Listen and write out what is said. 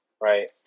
right